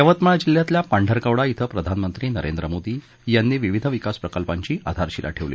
यवतमाळ जिल्ह्यातील पांढरकवडा श्री प्रधानमंत्री नरेंद्र मोदी यांनी विविध विकास प्रकल्पांची आधारशिला ठेवली